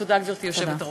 תודה, גברתי היושבת-ראש.